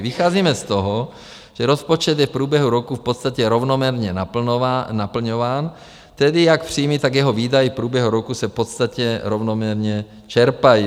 Vycházíme z toho, že rozpočet je v průběhu roku v podstatě rovnoměrně naplňován, tedy jak příjmy, tak jeho výdaje v průběhu roku se v podstatě rovnoměrně čerpají.